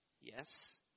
Yes